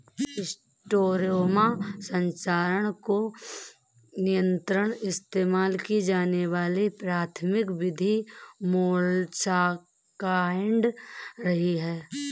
schistosoma संचरण को नियंत्रित इस्तेमाल की जाने वाली प्राथमिक विधि मोलस्कसाइड्स रही है